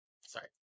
Sorry